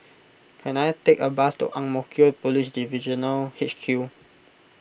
can I take a bus to Ang Mo Kio Police Divisional H Q